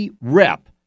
Rep